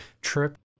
trip